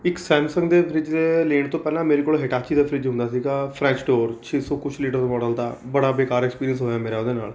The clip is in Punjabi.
ਇੱਕ ਸੈਮਸੱਗ ਦੇ ਫ਼ਰਿੱਜ ਦੇ ਲੈਣ ਤੋਂ ਪਹਿਲਾਂ ਮੇਰੇ ਕੋਲ ਹਿਟਾਚੀ ਦਾ ਫ਼ਰਿੱਜ ਹੁੰਦਾ ਸੀਗਾ ਫਰੈਸ ਸਟੋਰ ਛੇ ਸੌ ਕੁਛ ਲੀਟਰ ਮੌਡਲ ਦਾ ਬੜਾ ਬੇਕਾਰ ਐਕਸਪੀਰੀਅਸ ਹੋਇਆ ਮੇਰਾ ਉਹਦੇ ਨਾਲ